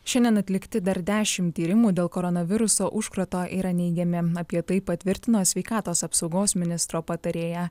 šiandien atlikti dar dešim tyrimų dėl koronaviruso užkrato yra neigiami apie tai patvirtino sveikatos apsaugos ministro patarėja